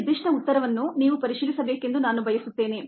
ಈ ನಿರ್ದಿಷ್ಟ ಉತ್ತರವನ್ನು ನೀವು ಪರಿಶೀಲಿಸಬೇಕೆಂದು ನಾನು ಬಯಸುತ್ತೇನೆ